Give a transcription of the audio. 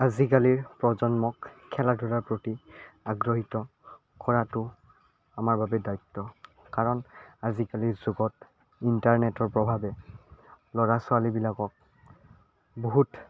আজিকালিৰ প্ৰজন্মক খেলা ধূলাৰ প্ৰতি আগ্ৰহিত কৰাতো আমাৰ বাবে দায়িত্ব কাৰণ আজিকালি যুগত ইণ্টাৰনেটৰ প্ৰভাৱে ল'ৰা ছোৱালীবিলাকক বহুত